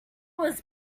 was